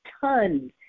tons